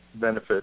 benefit